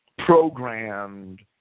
programmed